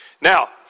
Now